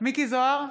מיקי זוהר,